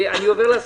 הישיבה נעולה.